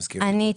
יש